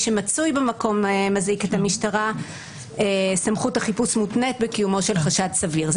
שמצוי במקום מזעיק את המשטרה סמכות החיפוש מותנית בקיומו של חשד סביר.